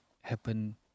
happen